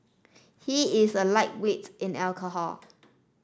he is a lightweight in alcohol